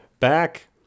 Back